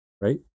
Right